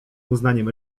uznaniem